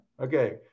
Okay